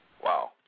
Wow